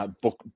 book